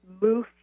move